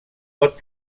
pot